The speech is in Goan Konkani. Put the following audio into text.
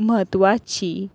म्हत्वाची